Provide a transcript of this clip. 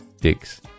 Dicks